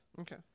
Okay